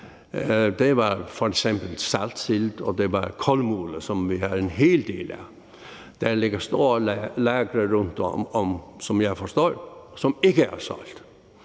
Det var f.eks. saltsild, og det var kulmule, som vi havde en hel del af, og der ligger store lagre rundtom, der, som jeg forstår det, ikke er solgt.